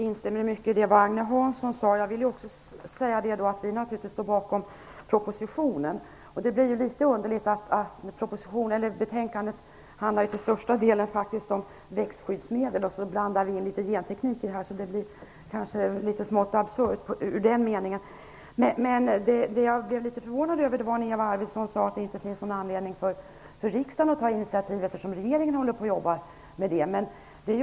Herr talman! Jag instämmer i mycket av det som Jag vill också säga att vi naturligtvis står bakom propositionen. Betänkandet handlar ju till största delen om växtskyddsmedel, och så blandar vi in litet genteknik i det, så diskussionen blir kanske litet smått absurd i den meningen. Jag blev litet förvånad över att Eva Arvidsson sade att det inte finns någon anledning för riksdagen att ta initiativ, eftersom regeringen håller på och jobbar med det här.